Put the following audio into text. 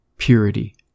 purity